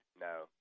No